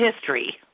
history